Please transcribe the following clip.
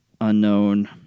unknown